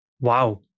Wow